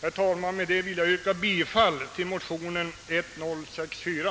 Herr talman! Med detta ber jag att få yrka bifall till motionen II: 1064.